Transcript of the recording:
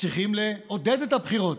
צריכים לעודד את הבחירות.